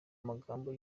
amagambo